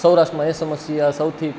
સૌરાષ્ટ્રમાં એ સમસ્યા સૌથી